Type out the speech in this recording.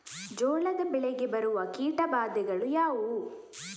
ಜೋಳದ ಬೆಳೆಗೆ ಬರುವ ಕೀಟಬಾಧೆಗಳು ಯಾವುವು?